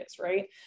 right